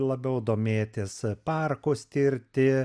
labiau domėtis parkus tirti